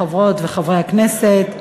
חברות וחברי הכנסת,